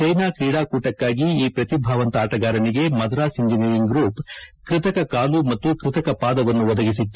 China ಕ್ರೀಡಾಕೂಟಕ್ಕಾಗಿ ಈ ಶ್ರತಿಭಾವಂತ ಆಟಗಾರನಿಗೆ ಮದ್ರಾಸ್ ಇಂಜಿನಿಯರಿಂಗ್ ಗ್ರೂಪ್ ಕೃತಕ ಕಾಲು ಮತ್ತು ಕೃತಕ ಪಾದವನ್ನು ಒದಗಿಸಿತ್ತು